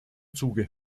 zuge